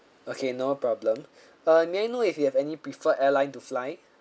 okay no problem uh may I know if you have any prefer airline to fly